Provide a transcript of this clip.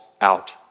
out